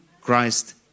Christ